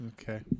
Okay